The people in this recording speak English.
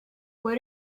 what